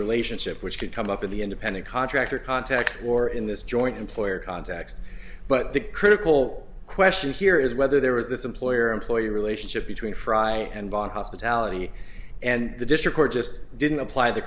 relationship which could come up in the independent contractor context or in this joint employer context but the critical question here is whether there was this employer employee relationship between frye and bond hospitality and the district or just didn't apply the